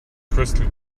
crystal